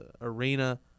arena